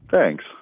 Thanks